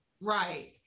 Right